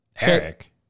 Eric